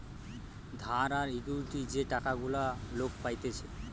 ধার আর ইকুইটি যে টাকা গুলা লোক পাইতেছে